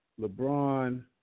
LeBron